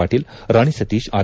Patil Rani Satish R